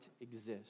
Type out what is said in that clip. exist